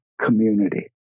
community